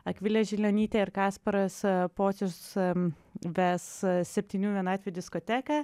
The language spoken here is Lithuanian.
akvilė žilionytė ir kasparas pocius ves septynių vienatvių diskoteką